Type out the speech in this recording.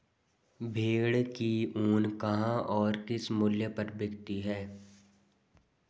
भेड़ की ऊन कहाँ और किस मूल्य पर बिकती है?